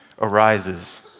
arises